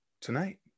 tonight